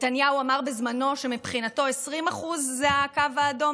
נתניהו אמר בזמנו שמבחינתו 20% זה הקו האדום,